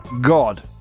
God